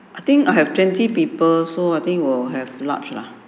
I think I have twenty people so I think we'll have large lah